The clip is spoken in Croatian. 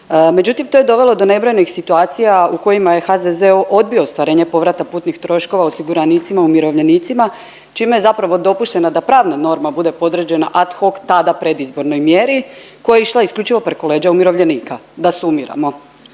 Međutim, to je dovelo do nebrojenih situacija u kojima je HZZO odbio ostvarenje povrata putnih troškova osiguranicima umirovljenicima čime je zapravo dopušteno da pravna norma bude podređena ad hoc tada predizbornoj mjeri koja je išla isključivo preko leđa umirovljenika. Da sumiramo,